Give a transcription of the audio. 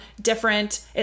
different